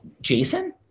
Jason